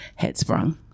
headsprung